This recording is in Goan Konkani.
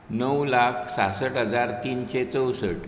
णव लाख सांसठ हजार तिनशें चवसठ